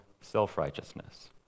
self-righteousness